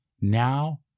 Now